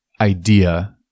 idea